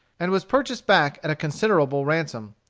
and was purchased back at a considerable ransom.